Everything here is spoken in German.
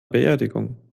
beerdigung